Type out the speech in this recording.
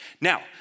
Now